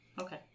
Okay